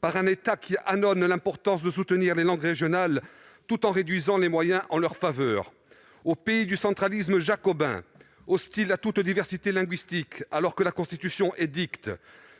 par un État qui ânonne l'importance de soutenir les langues régionales tout en réduisant les moyens qui leur sont consacrés. Au pays du centralisme jacobin, hostile à toute la diversité linguistique, alors que la Constitution édicte